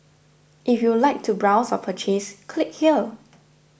if you like to browse or purchase click here